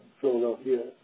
Philadelphia